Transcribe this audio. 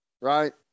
right